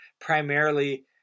primarily